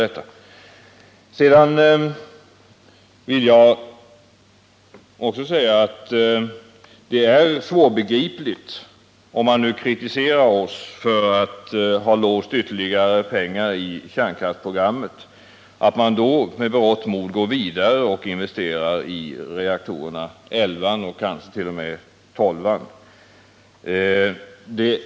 Det är svårbegripligt, om man nu kritiserar oss för att ha låst ytterligare pengar i kärnkraftsprogrammet, att man med berått mod går vidare och investerar i den elfte och kansket.o.m. tolfte reaktorn.